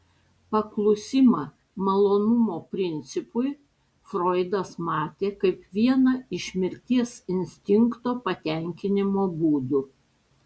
paklusimą malonumo principui froidas matė kaip vieną iš mirties instinkto patenkinimo būdų